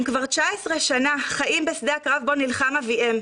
הם כבר 19 שנה חיים בשדה הקרב בו נלחם אביהם.